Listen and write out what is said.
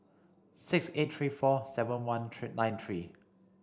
six eight three four seven one three nine three